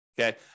Okay